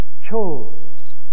chose